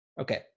okay